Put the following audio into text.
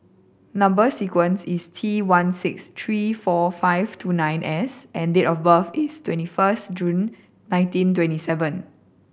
number sequence is T one six three four five two nine S and date of birth is twenty first June nineteen twenty seven